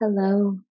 Hello